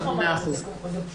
מאה אחוז.